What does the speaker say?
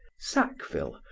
sackville,